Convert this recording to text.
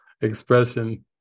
expression